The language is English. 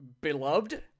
beloved